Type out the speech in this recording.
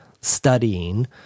studying